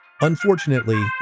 Unfortunately